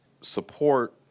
support